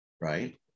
right